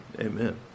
Amen